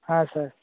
हा सर